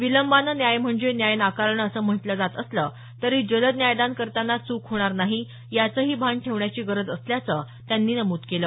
विलंबाने न्याय म्हणजे न्याय नाकारणं असं म्हटलं जात असलं तरी जलद न्यायदान करताना चूक होणार नाही याचंही भान ठेवण्याची गरज असल्याचं त्यांनी नमूद केलं